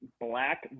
black